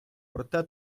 проте